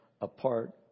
apart